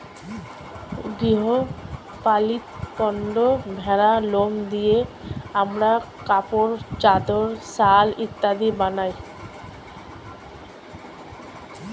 গৃহ পালিত পশু ভেড়ার লোম দিয়ে আমরা কাপড়, চাদর, শাল ইত্যাদি বানাই